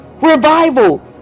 revival